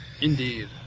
Indeed